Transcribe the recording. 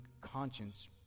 conscience